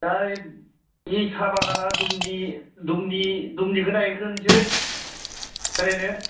दा ओइ बे साहा बागाना दुमनि दुमनि दुमनिखौ नायहैग्रोनोसै ओरैनो